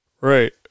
Right